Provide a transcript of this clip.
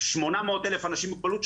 שמונה מאות אלף אנשים עם מוגבלות,